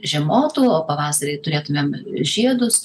žiemotų o pavasarį turėtumėm žiedus